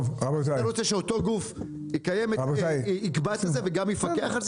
אתה רוצה שאותו גוף יקבע את זה וגם יפקח על זה?